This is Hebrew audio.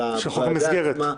של הוועדה עצמה.